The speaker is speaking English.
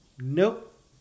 nope